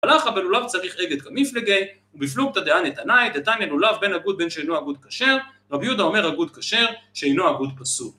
הלאכה בין אוליו צריך רגת גם מפלגי, ובפלוג ת'דעה נתנה את דתיים בין אגוד בין שאינו אגוד קשר, רבי יהודה אומר אגוד קשר, שאינו אגוד פסוק.